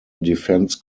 defense